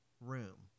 room